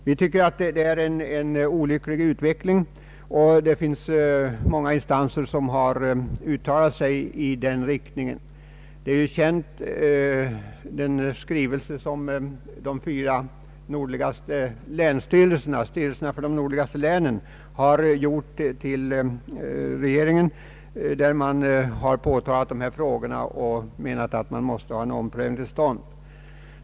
Vi tycker att det är en olycklig utveckling, och det finns många instanser som har uttalat sig i samma riktning. I en skrivelse till rege ringen har länsstyrelserna i de fyra nordligaste länen påtalat dessa förhållanden och menat att en omprövning bör ske.